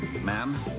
ma'am